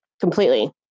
completely